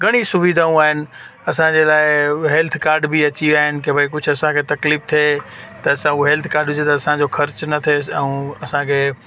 घणी सुविधाऊं आहिनि असांजे लाइ हू हेल्थकार्ड बि अची विया आहिनि कि भाई कुझु असांखे तकलीफ़ थिए त असां वटि उहो हेल्थकार्ड हुजे त असांजो ख़र्चु न थिएसि ऐं असांखे